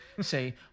say